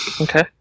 Okay